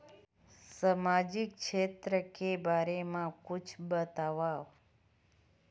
सामजिक क्षेत्र के बारे मा कुछु बतावव?